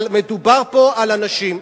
אבל מדובר פה על אנשים,